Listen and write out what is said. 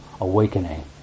awakening